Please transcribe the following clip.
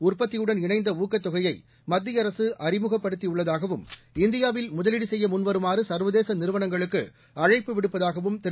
உற்பத்தியுடன் இணைந்த ஊக்கத் தொகையை மத்திய அரசு அறிமுகப்படுத்தியுள்ளதாகவும இந்தியாவில் முதலீடு செய்ய முன்வருமாறு சர்வதேச நிறுவனங்களுக்கு அழைப்பு விடுப்பதாகவும் திரு